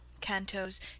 Cantos